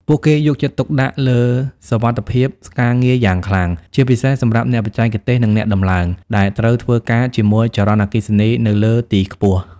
ពួកគេយកចិត្តទុកដាក់លើសុវត្ថិភាពការងារយ៉ាងខ្លាំង ជាពិសេសសម្រាប់អ្នកបច្ចេកទេស និងអ្នកដំឡើង ដែលត្រូវធ្វើការជាមួយចរន្តអគ្គិសនីនៅលើទីខ្ពស់។